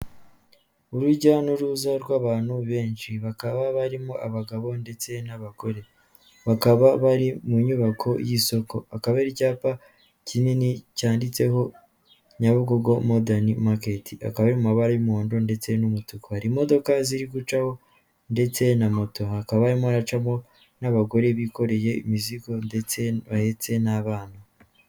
Urujya n'uruza rw'abantu benshi bakaba barimo abagabo n'abagore, bakaba bari mu nyubako y'isoko hakaba hari icyapa kinini cyanditseho Nyabugogo modani maketi akaba ari mu mabara y'umuhondo ndetse n'umutuku, hari imodoka ziri gucaho ndetse na moto, hakaba harimo haracamo n'abagore bikoreye imizigo ndetse bahetse n'abana.